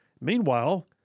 Meanwhile